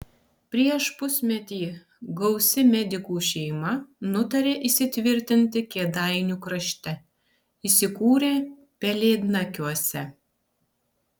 prieš pusmetį gausi medikų šeima nutarė įsitvirtinti kėdainių krašte įsikūrė pelėdnagiuose